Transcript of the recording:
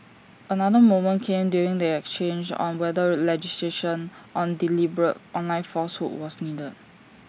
another moment came during the exchange on whether legislation on deliberate online falsehood was needed